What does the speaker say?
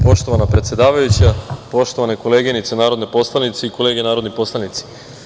Poštovana predsedavajuća, poštovane koleginice narodne poslanice i kolege narodni poslanici.